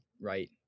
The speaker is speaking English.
Right